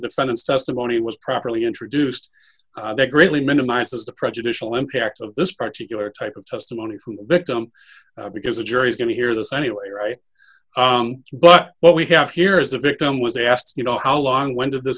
defendant's testimony was properly introduced that really minimizes the prejudicial impact of this particular type of testimony from the victim because the jury's going to hear this anyway right but what we have here is the victim was asked you know how long when did the